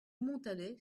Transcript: montalet